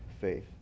faith